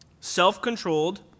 self-controlled